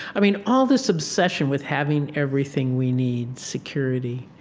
i mean, all this obsession with having everything we need, security.